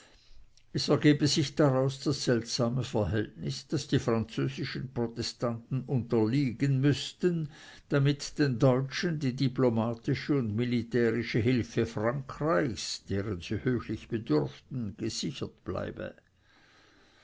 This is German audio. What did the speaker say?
es ergebe sich daraus das seltsame verhältnis daß die französischen protestanten unterliegen müßten damit den deutschen die diplomatische und militärische hilfe frankreichs deren sie höchlich bedürften gesichert bleibe